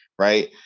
right